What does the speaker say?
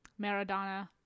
Maradona